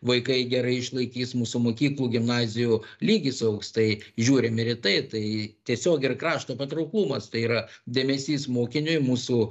vaikai gerai išlaikys mūsų mokyklų gimnazijų lygis augs tai žiūrim ir į tai tai tiesiog ir krašto patrauklumas tai yra dėmesys mokiniui mūsų